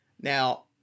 Now